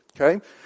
Okay